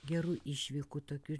gerų išvykų tokiu